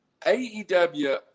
AEW